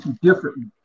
differently